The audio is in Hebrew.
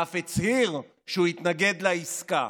ואף הצהיר שהוא התנגד לעסקה.